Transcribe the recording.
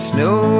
Snow